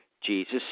Jesus